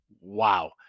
Wow